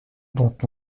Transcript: dont